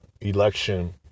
election